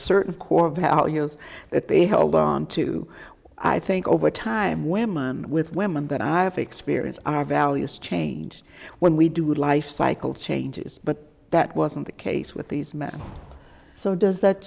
certain core values that they held on to i think over time women with women that i have experience our values change when we do life cycle changes but that wasn't the case with these men so does that